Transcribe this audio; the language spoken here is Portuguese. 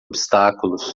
obstáculos